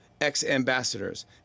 ex-ambassadors